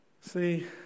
See